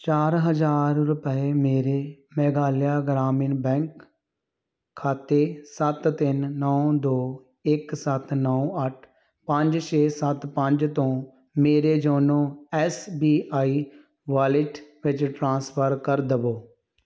ਚਾਰ ਹਜ਼ਾਰ ਰੁਪਏ ਮੇਰੇ ਮੇਘਾਲਿਆ ਗ੍ਰਾਮੀਣ ਬੈਂਕ ਖਾਤੇ ਸੱਤ ਤਿੰਨ ਨੌਂ ਦੋ ਇੱਕ ਸੱਤ ਨੌਂ ਅੱਠ ਪੰਜ ਛੇ ਸੱਤ ਪੰਜ ਤੋਂ ਮੇਰੇ YONO S B I wallet ਵਿੱਚ ਟ੍ਰਾਂਸਫਰ ਕਰ ਦੇਵੋ